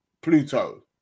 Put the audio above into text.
Pluto